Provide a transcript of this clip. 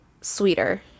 sweeter